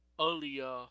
earlier